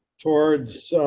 towards